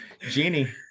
Genie